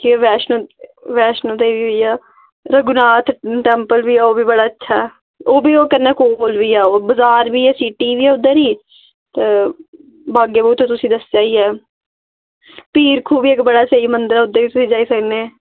फिर बैश्नो बैश्नो देवी होई गेआ रघुनाथ टेम्पल बी ऐ ओह् बी बड़ा अच्छा ऐ ओह् बी कन्नै ओह् बी कोल होई गेआ ओह् बजार बी ऐ सिटी बी ऐ उद्धर ई ते बागे बहु ते तुसें दस्सेआ ई ऐ पीर खूह् बी इक बड़ा स्हेई मंदर ऐ उद्धर बी तुस जाई सकने